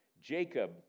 Jacob